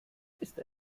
ist